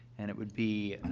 and it would be,